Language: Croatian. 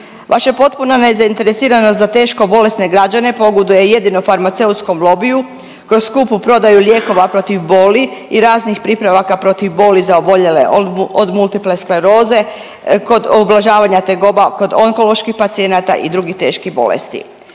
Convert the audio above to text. Vaša potpuna nezainteresiranost za teško bolesne građane pogoduje jedino farmaceutskom lobiju, kroz skupu prodaju lijekova protiv boli i raznih pripravaka protiv boli za oboljele od multiple skleroze, kod ublažavanja tegoba kod onkoloških pacijenata i drugih teških bolesti.